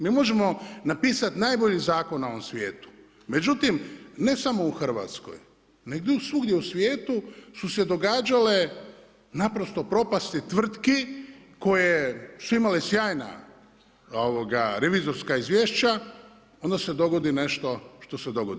Mi možemo napisati najbolji zakon na ovom svijetu, međutim ne samo u Hrvatskoj nego svugdje u svijetu su se događale propasti tvrtki koje su imale sjajna revizorska izvješća onda se dogodi nešto što se dogodi.